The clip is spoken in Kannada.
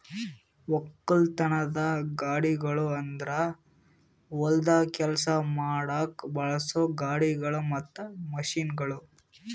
ಒಕ್ಕಲತನದ ಗಾಡಿಗೊಳ್ ಅಂದುರ್ ಹೊಲ್ದಾಗ್ ಕೆಲಸ ಮಾಡಾಗ್ ಬಳಸೋ ಗಾಡಿಗೊಳ್ ಮತ್ತ ಮಷೀನ್ಗೊಳ್